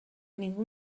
ningú